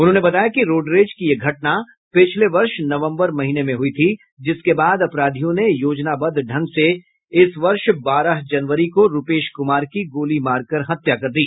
उन्होंने बताया कि रोडरेज की ये घटना पिछले वर्ष नवम्बर महीने में हुई थी जिसके बाद अपराधियों ने योजनाबद्व ढंग से इस वर्ष बारह जनवरी को रूपेश कुमार की गोली मारकर हत्या कर दी